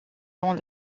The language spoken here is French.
dans